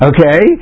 Okay